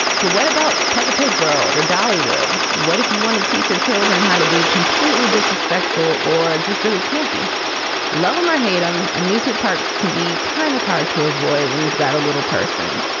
but what about peppa pig world or dollywood? what if you want to teach your children how to be completely disrespectful or just really can't be love him or hate him? amusement parks can be kind of hard to avoid when you've got a little person.